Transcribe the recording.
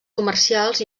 comercials